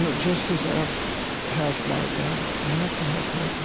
so just as ev has my back, i have to have her back